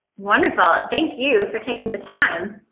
wonderful, ah thank you for taking the time.